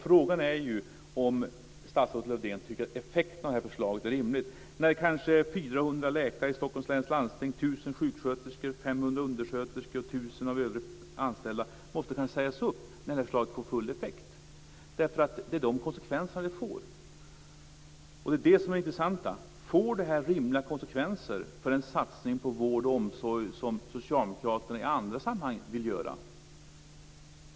Frågan är ju om statsrådet Lövdén tycker att effekten av det här förslaget är rimlig, när kanske 400 läkare i Stockholms läns landsting, 1 000 sjuksköterskor, 500 undersköterskor och 1 000 av övriga anställda måste sägas upp. Det sker när det här förslaget får full effekt. Det är de konsekvenserna det får. Det är det intressanta. Får detta rimliga konsekvenser för en satsning på vård och omsorg, som socialdemokraterna i andra sammanhang vill göra?